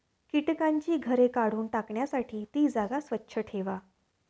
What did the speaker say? कीटकांची घरे काढून टाकण्यासाठी ती जागा स्वच्छ ठेवा